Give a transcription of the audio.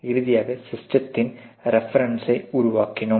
இறுதியாக சிஸ்டத்தின் ரெஸ்பான்ஸை உருவாக்கினோம்